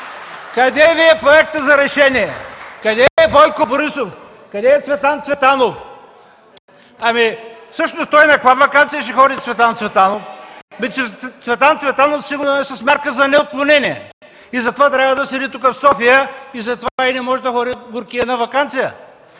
Къде Ви е проектът за решение? Къде е Бойко Борисов? Къде е Цветан Цветанов? Всъщност на каква ваканция ще ходи Цветан Цветанов? Той е сигурно с мярка за неотклонение и затова трябва да седи тук, в София, и затова и не може да ходи на ваканция